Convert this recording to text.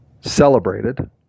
celebrated